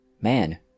man